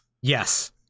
Yes